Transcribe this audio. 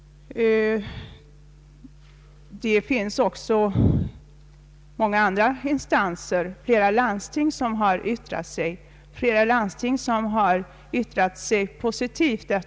Det finns många instanser, flera landsting, som har yttrat sig positivt.